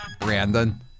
Brandon